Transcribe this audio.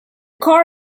car